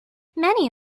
many